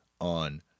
on